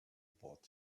bought